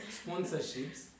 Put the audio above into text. sponsorships